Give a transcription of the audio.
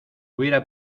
hubiera